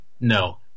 no